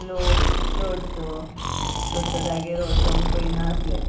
लोक चडसो दोतोगेर वचोंक पळयनासले